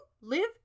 live